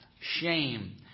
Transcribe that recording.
shame